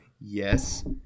Yes